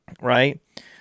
right